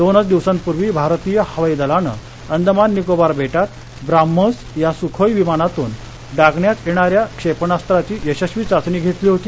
दोनच दिवसांपूर्वी भारतीय हवाई दलानं अंदमान निकोबार बेटांत ब्राह्मोस या सुखोई विमानातून डागण्यात येणाऱ्या क्षेपणास्त्राची यशस्वी चाचणी घेतली होती